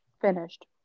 Finished